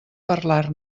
parlar